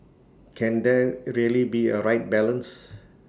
can there really be A right balance